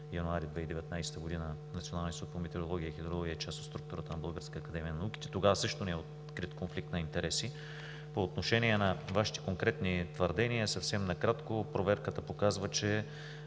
януари 2019 г. Националният институт по метеорология и хидрология е част от Българската академия на науките. Тогава също не е открит конфликт на интереси. По отношение на Вашите конкретни твърдения. Съвсем накратко – проверката показва, че